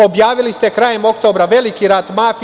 Objavili ste krajem oktobra veliki rat mafiji.